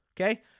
okay